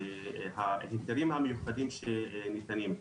ההיתרים המיוחדים שניתנים,